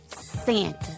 Santa